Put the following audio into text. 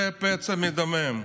זה פצע מדמם.